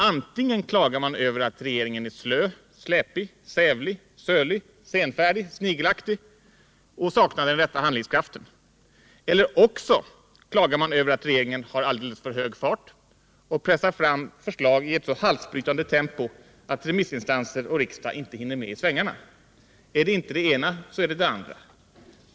Antingen klagar man över att regeringen är slö, släpig, sävlig, sölig, senfärdig och snigelaktig och saknar den rätta handlingskraften, eller också klagar man över att regeringen har alldeles för hög fart och pressar fram förslag i ett så halsbrytande tempo att remissinstanser och riksdag inte hinner med i svängarna. Är det inte det ena så är det det andra.